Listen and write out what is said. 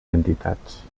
entitats